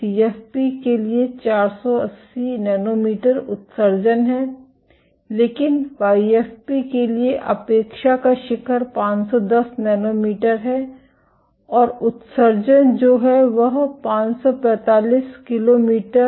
CFP के लिए 480 nanometre उत्सर्जन है लेकिन वाईएफपी के लिए अपेक्षा का शिखर 510 नैनोमीटर है और उत्सर्जन जो है वह 545 किमी नैनोमीटर